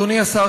אדוני השר,